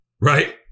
right